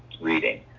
reading